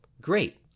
Great